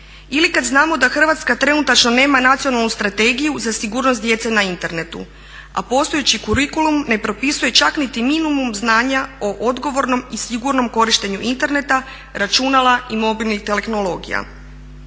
Ili kad znamo da Hrvatska trenutačno nema Nacionalnu strategiju za sigurnost djece na internetu. A postojeći kurikulum ne propisuje čak niti minimum znanja o odgovornom i sigurnom korištenju interneta, računala i mobilnih tehnologija.